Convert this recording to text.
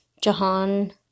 Jahan